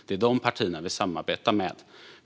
Det är de partier som vi samarbetar med.